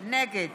נגד